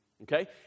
Okay